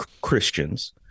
Christians